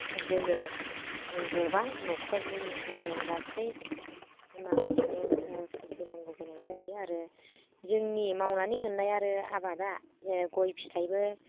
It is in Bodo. जोङो गोबां न'खरनि ओ गासै माबाखौनो ओ भुगिनांगौ गोनां जायो आरो जोंनि मावनानै मोननाय आरो आबादा ओ गय फिथाइबो